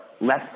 less